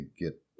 get